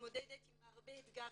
ומתמודדת עם הרבה אתגרים.